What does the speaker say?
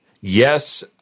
Yes